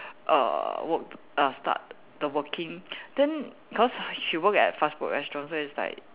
err work err start the working then cause she work at fast food restaurant so it's like